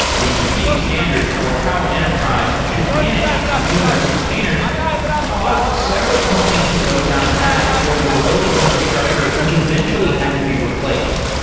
the competing standards for how an enterprise should manage its numerous containers caused several companies to go down a path where they were building infrastructure which eventually had to be replaced.